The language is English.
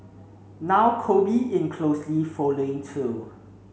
now Kobe in closely following too